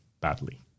badly